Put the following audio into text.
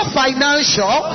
financial